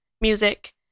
music